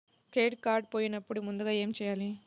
Credit card పోయినపుడు ముందుగా ఏమి చేయాలి?